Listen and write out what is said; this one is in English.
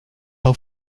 how